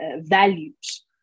values